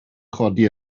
chodi